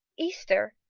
easter?